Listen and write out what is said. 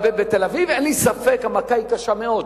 אבל בתל-אביב אין לי ספק שהמכה היא קשה מאוד.